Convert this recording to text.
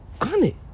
honey